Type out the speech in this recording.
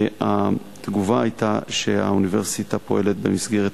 התגובה היתה שהאוניברסיטה פועלת במסגרת